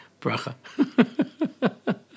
bracha